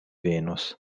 venos